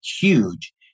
Huge